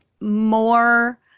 more